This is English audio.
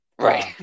Right